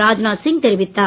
ராஜ்நாத் சிங் தெரிவித்தார்